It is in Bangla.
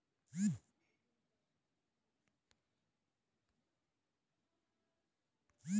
পৃথিবী জুড়ে অনেক রকমের ব্যাঙ্ক আছে যাদের মধ্যে সুইস ব্যাঙ্ক এবং ওয়ার্ল্ড ব্যাঙ্ক সবচেয়ে বড়